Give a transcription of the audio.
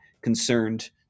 concerned